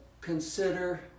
consider